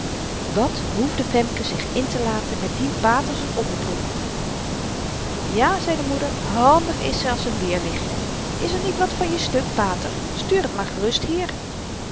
wat hoefde femke zich intelaten met dien pater z'n onderbroek ja zei de moeder handig is ze n als n weerliggie is er niet wat van je stuk pater stuur t maar gerust hier